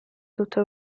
tutta